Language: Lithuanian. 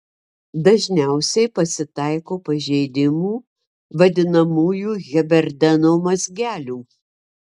dažniausiai pasitaiko piršto pažeidimų vadinamųjų heberdeno mazgelių